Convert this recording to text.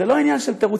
זה לא עניין של תירוצים,